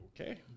Okay